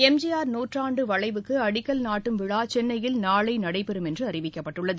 எம்ஜிஆர் நூற்றாண்டு வளைவுக்கு அடிக்கல் நாட்டும் விழா சென்னையில் நாளை நடைபெறும் என்று அறிவிக்கப்பட்டுள்ளது